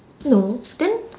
no then